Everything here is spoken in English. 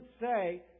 say